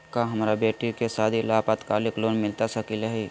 का हमरा बेटी के सादी ला अल्पकालिक लोन मिलता सकली हई?